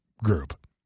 group